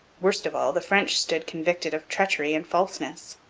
worst of all, the french stood convicted of treachery and falseness.